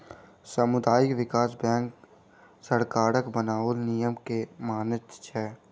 सामुदायिक विकास बैंक सरकारक बनाओल नियम के मानैत छै